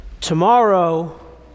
tomorrow